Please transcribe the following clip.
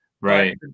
Right